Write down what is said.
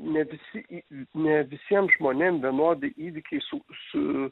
ne visi i ne visiem žmonėm vienodi įvykiai su su